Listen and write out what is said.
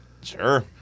Sure